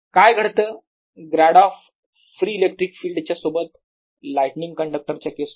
काय घडतं grad of free electric field च्या सोबत लाईटनिंग कण्डक्टर च्या केस मध्ये